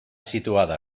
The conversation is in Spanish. situada